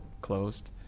closed